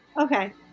Okay